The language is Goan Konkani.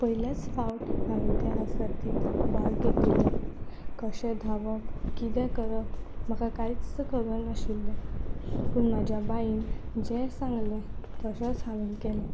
पयल्याच फावट हांवें त्या सर्तींत भाग घेतिल्लो कशें धावप कितें करप म्हाका कांयच खबर नाशिल्लें पूण म्हज्या बाईन जें सांगलें तशेंच हांवें केलें